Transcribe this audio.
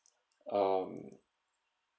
um